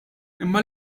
imma